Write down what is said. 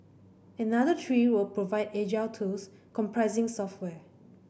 another three will provide agile tools comprising software